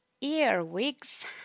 earwigs